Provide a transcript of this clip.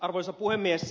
arvoisa puhemies